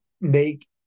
make